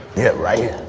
yeah right